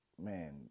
Man